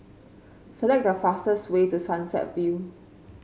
select the fastest way to Sunset View